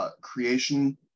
Creation